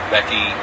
Becky